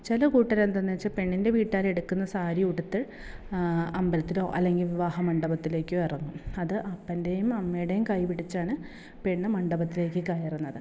ചില കൂട്ടർ എന്താണെന്ന് വച്ചാൽ പെണ്ണിൻ്റെ വീട്ടുകാർ എടുക്കുന്ന സാരി ഉടുത്ത് അമ്പലത്തിലോ അല്ലെങ്കിൽ വിവാഹ മണ്ഡപത്തിലേക്കോ ഇറങ്ങും അത് അപ്പൻ്റെയും അമ്മയുടെയും കൈ പിടിച്ചാണ് പെണ്ണ് മണ്ഡപത്തിലേക്ക് കയറുന്നത്